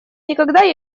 никогда